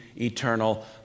eternal